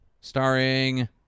starring